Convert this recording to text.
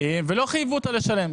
חייבו אותה לשלם.